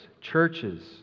churches